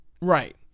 right